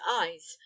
eyes